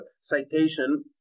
citation